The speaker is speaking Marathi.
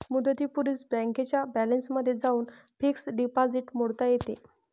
मुदतीपूर्वीच बँकेच्या बॅलन्समध्ये जाऊन फिक्स्ड डिपॉझिट मोडता येते